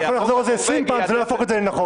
אתה יכול לחזור על זה עשרים פעם זה לא יהפוך את זה לנכון.